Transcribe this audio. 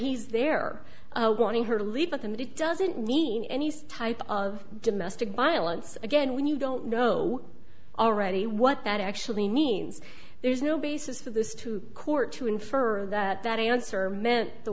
he's there going to her to leave with them it doesn't mean any stipe of domestic violence again when you don't know already what that actually means there's no basis for this to court to infer that that answer meant the